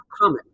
common